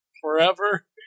forever